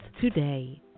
today